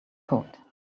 coat